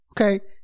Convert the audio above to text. okay